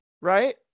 Right